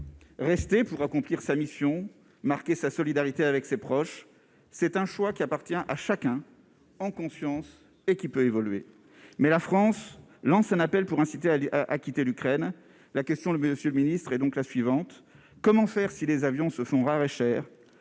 rester pour accomplir sa mission marquer sa solidarité avec ses proches, c'est un choix qui appartient à chacun, en conscience, et qui peut évoluer, mais la France lance un appel pour inciter à quitter l'Ukraine, la question de monsieur le ministre est donc la suivante : comment faire si les avions se font rares et chers,